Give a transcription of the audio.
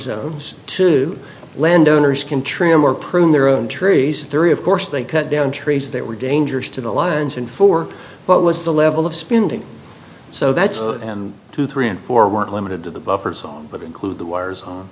zones to landowners can trim or prune their own trees three of course they cut down trees that were dangerous to the lions and for what was the level of spending so that's two three and four weren't limited to the buffer zone but include the wires on